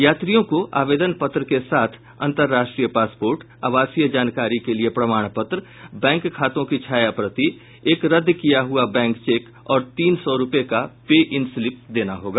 यात्रियों को आवेदन पत्र के साथ अंतर्राष्ट्रीय पासपोर्ट आवासीय जानकारी के लिये प्रमाण पत्र बैंक खातों की छाया प्रति एक रद्द किया हुआ बैंक चेक और तीन सौ रूपये का पे इन स्लीप देना होगा